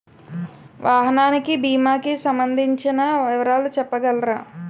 వాహనానికి భీమా కి సంబందించిన వివరాలు చెప్పగలరా?